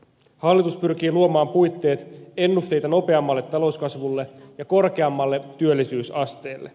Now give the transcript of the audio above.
hallitus pyrkii luomaan puitteet ennusteita nopeammalle talouskasvulle ja korkeammalle työllisyysasteelle